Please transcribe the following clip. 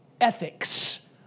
ethics